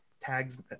tags